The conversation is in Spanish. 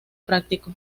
práctico